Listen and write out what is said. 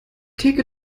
theke